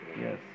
Yes।